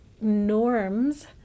norms